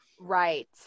Right